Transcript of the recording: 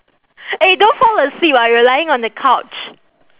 eh don't fall asleep ah you're lying on the couch